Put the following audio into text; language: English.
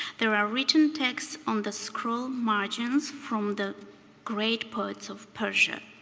there are written texts on the scroll margins from the great poets of persia.